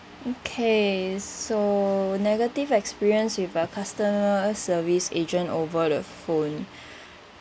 okay so negative experience with a customer service agent over the phone